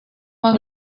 más